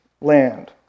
land